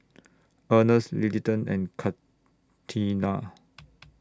Ernest Littleton and Contina